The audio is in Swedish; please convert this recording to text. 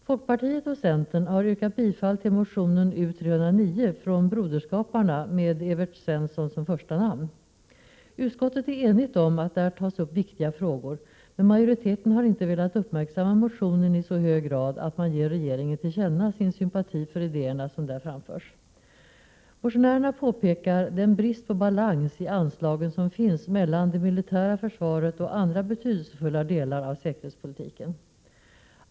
Folkpartiet och centern har yrkat bifall till motionen U309 från broderskaparna med Evert Svensson som första namn. Utskottet är enigt om att där tas upp viktiga frågor, men majoriteten har inte velat uppmärksamma motionen iså hög grad att man ger regeringen till känna sin sympati för idéerna som där framförs. Motionärerna påpekar den brist på balans i anslagen som finns mellan det militära försvaret och andra betydelsefulla delar av säkerhetspolitiken.